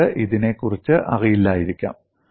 നിങ്ങൾക്ക് ഇതിനെക്കുറിച്ച് അറിയില്ലായിരിക്കാം